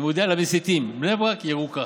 אני מודיע למסיתים: בני ברק ירוקה.